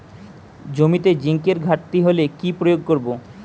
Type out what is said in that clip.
জমিতে জিঙ্কের ঘাটতি হলে কি প্রয়োগ করব?